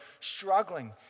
struggling